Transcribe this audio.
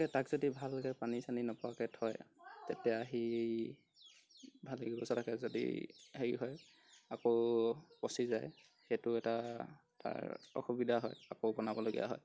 থাকে তাক যদি ভালকৈ পানী চানি নপৰাকৈ থয় তেতিয়া সি ভাল ব্য়ৱস্থা থাকে যদি হেৰি হয় আকৌ পচি যায় সেইটো এটা তাৰ অসুবিধা হয় আকৌ বনাবলগীয়া হয়